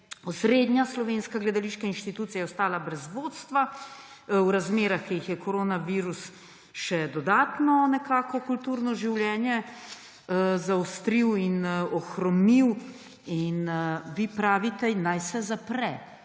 osrednja slovenska gledališka inštitucija je ostala brez vodstva v razmerah, ki jih je koronavirus še dodatno nekako kulturno življenje zaostril in ohromil. In vi pravite, naj se zapre.